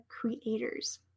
Creators